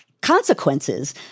consequences